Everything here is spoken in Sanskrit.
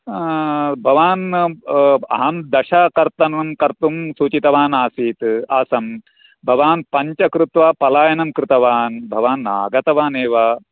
भवान् अहं दशकर्तनं कर्तुं सूचितवानासीत् आसं भवान् पञ्च कृत्वा पलायनं कृतवान् भवान् नागतवानेव